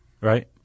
Right